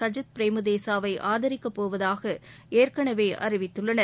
சஜித் பிரேமதாசாவை ஆதரிக்கப் போவதாக ஏற்கனவே அறிவித்துள்ளனர்